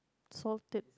so deep